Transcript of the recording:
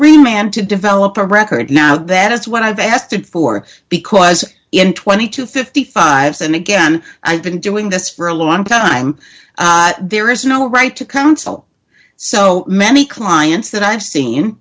remain and to develop a record now that it's what i've asked it for because in twenty to fifty five's and again i've been doing this for a long time there is no right to counsel so many clients that i've seen